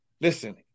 listen